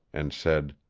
and said,